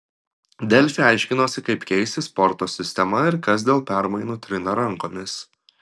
delfi aiškinosi kaip keisis sporto sistema ir kas dėl permainų trina rankomis